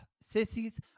Sissies